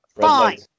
fine